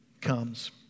comes